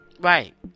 right